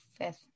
fifth